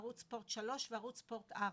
ערוץ ספורט שלוש וערוץ ספורט ארבע.